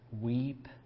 weep